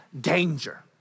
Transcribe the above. danger